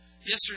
Yesterday